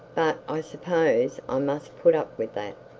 i suppose i must put up with that.